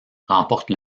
remporte